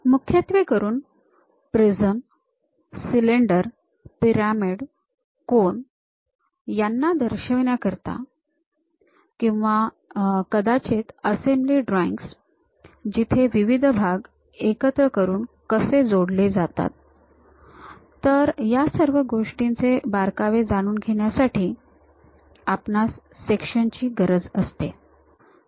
मुख्यत्वेकरून prism cylinder pyramid cone याना दर्शविण्याकरिता किंवा कदाचित असेम्ब्ली ड्रॉइंग्स जिथे विविध भाग एकत्र करून कसे जोडले जातात तर या सर्व गोष्टींचे बारकावे जाणून घेण्यासाठी आपणास सेक्शन्स ची गरज असते